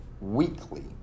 weekly